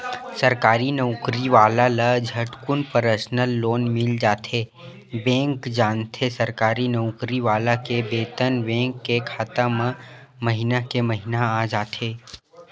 सरकारी नउकरी वाला ल झटकुन परसनल लोन मिल जाथे बेंक जानथे सरकारी नउकरी वाला के बेतन बेंक के खाता म महिना के महिना आ जाथे